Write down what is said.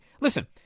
Listen